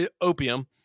Opium